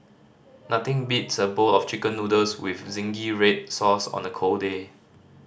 nothing beats a bowl of Chicken Noodles with zingy red sauce on a cold day